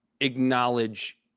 acknowledge